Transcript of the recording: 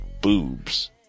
boobs